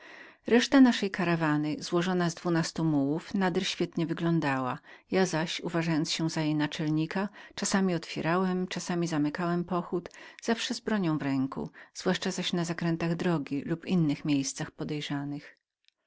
reszta naszej karawany złożona z dwunastu mułów nader świetnie wyglądała ja zaś uważając się za jej naczelnika czasami otwierałem czasami zamykałem pochód zawsze z bronią w ręku zwłaszcza zaś na zakrętach drogi lub innych miejscach podejrzanych